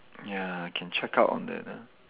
ya can check out on that ah